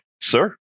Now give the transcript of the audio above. sir